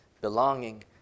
Belonging